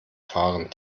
fahren